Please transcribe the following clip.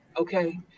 Okay